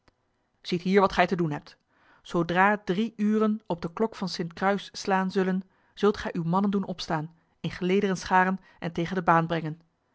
ziet hier wat gij te doen hebt zodra drie uren op de klok van sint kruis slaan zullen zult gij uw mannen doen opstaan in gelederen scharen en tegen de baan brengen